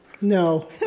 No